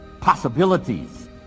possibilities